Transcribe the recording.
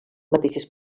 mateixes